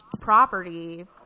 property